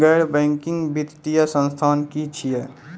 गैर बैंकिंग वित्तीय संस्था की छियै?